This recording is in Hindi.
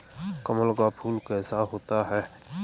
कमल का फूल कैसा होता है?